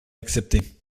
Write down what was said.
accepté